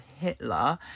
Hitler